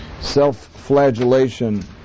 self-flagellation